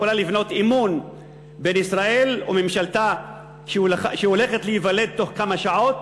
שיכולה לבנות אמון בין ישראל וממשלתה שהולכת להיוולד בתוך כמה שעות,